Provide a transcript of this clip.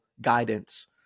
guidance